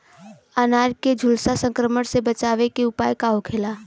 अनार के झुलसा संक्रमण से बचावे के उपाय का होखेला?